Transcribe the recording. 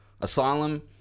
asylum